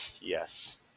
Yes